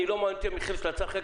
לא מעניין אותי המחיר לצרכן,